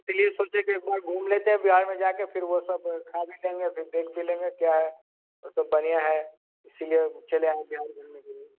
इसीलिए सोचे कि एक बार घूम लेते हैं बिहार में जाकर फ़िर वह सब खा भी देंगे फ़िर देख भी लेंगे क्या है और सब बढ़िया है इसीलिए चले आए बिहार घूमने के लिए